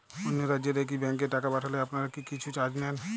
অন্য রাজ্যের একি ব্যাংক এ টাকা পাঠালে আপনারা কী কিছু চার্জ নেন?